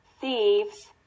thieves